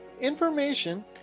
information